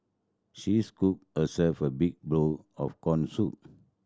she scooped herself a big bowl of corn soup